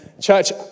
church